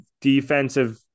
defensive